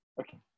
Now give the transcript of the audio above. okay